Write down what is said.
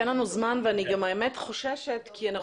אין לנו זמן ואני גם חוששת כי אנחנו